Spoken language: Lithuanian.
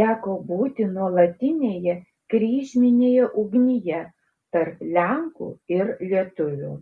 teko būti nuolatinėje kryžminėje ugnyje tarp lenkų ir lietuvių